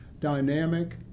dynamic